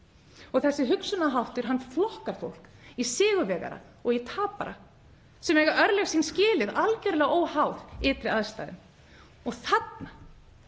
Þessi hugsunarháttur flokkar fólk í sigurvegara og tapara sem eiga örlög sín skilið, algerlega óháð ytri aðstæðum. Þarna